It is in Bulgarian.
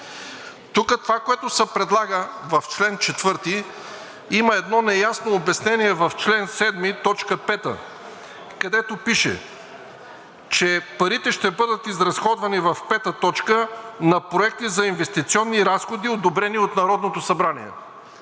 Тук това, което се предлага в чл. 4, има едно неясно обяснение в чл. 7, т. 5, където пише, че парите ще бъдат изразходвани в пета точка на проекти за инвестиционни разходи, одобрени от Народното събрание.